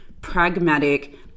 pragmatic